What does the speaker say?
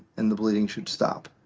and the bleeding should stop.